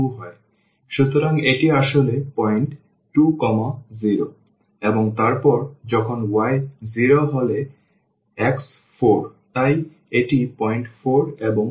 সুতরাং এটি আসলে পয়েন্ট 20 এবং তারপর যখন y 0 হলে x 4 তাই এটি পয়েন্ট 4 এবং 0